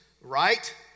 right